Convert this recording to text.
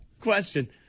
Question